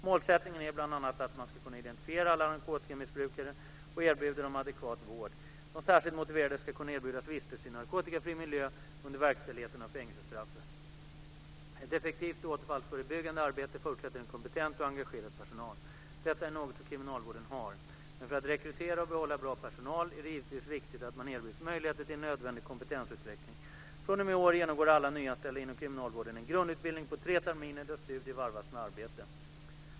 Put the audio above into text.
Målsättningen är bl.a. att man ska kunna identifiera alla narkotikamissbrukare och erbjuda dem adekvat vård. De särskilt motiverade ska kunna erbjudas vistelse i en narkotikafri miljö under verkställigheten av fängelsestraffet. Ett effektivt återfallsförebyggande arbete förutsätter en kompetent och engagerad personal. Detta är något som kriminalvården har. Men för att rekrytera och behålla bra personal är det givetvis viktigt att man erbjuds möjligheter till nödvändig kompetensutveckling. fr.o.m. i år genomgår alla nyanställda inom kriminalvården en grundutbildning på tre terminer där studier varvas med arbete.